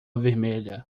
vermelha